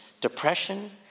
depression